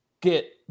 get